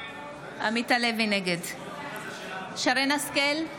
נגד שרן מרים השכל,